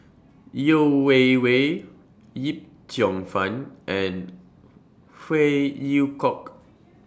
Yeo Wei Wei Yip Cheong Fun and Phey Yew Kok